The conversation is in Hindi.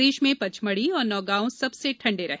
प्रदेश में पचमढ़ी और नौगांव सबसे ठंडे रहे